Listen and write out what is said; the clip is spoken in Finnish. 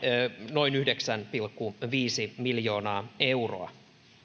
noin yhdeksän pilkku viisi miljoonaa euroa